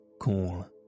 call